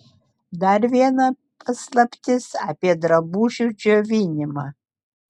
dar viena paslaptis apie drabužių džiovinimą